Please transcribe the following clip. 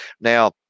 now